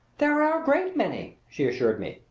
there are a great many, she assured me.